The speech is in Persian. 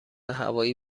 هوایی